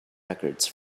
records